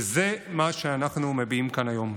וזה מה שאנחנו מביאים כאן היום.